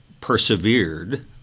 persevered